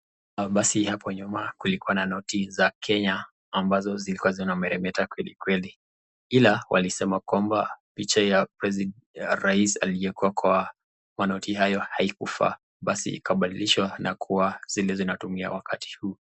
Basi hapo nyuma kulikuwa na noti za Kenya ambazo zilikuwa zinameremeta kwelikweli ila walisema kwamba picha ya rais aliyekuwa kwa manoti hizo haikufaa basi zikabadilishwa na kuwa yenye tunatumia wakati huu.